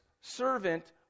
servant